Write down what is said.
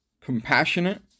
compassionate